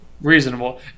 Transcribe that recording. Reasonable